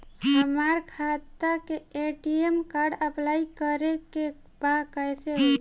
हमार खाता के ए.टी.एम कार्ड अप्लाई करे के बा कैसे होई?